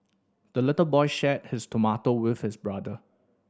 the little boy shared his tomato with his brother